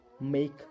make